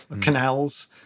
canals